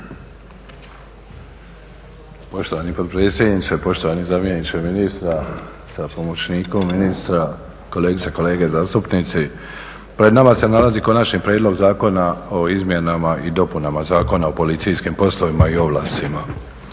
Poštovani potpredsjedniče, poštovani zamjeniče ministra sa pomoćnikom ministra, kolegice i kolege zastupnici. Pred nama se nalazi Konačni prijedlog zakona o izmjenama i dopunama Zakona o policijskim poslovima i ovlastima.